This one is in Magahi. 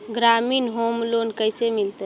ग्रामीण होम लोन कैसे मिलतै?